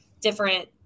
different